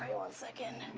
one second.